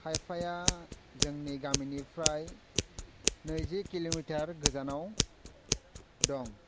खायफाया जोंनि गामिनिफ्राय नैजि किल'मिटार गोजानाव दं